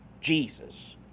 Jesus